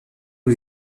aux